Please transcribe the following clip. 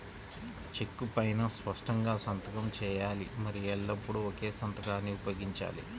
చెక్కు పైనా స్పష్టంగా సంతకం చేయాలి మరియు ఎల్లప్పుడూ ఒకే సంతకాన్ని ఉపయోగించాలి